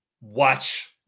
watch